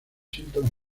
síntomas